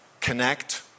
connect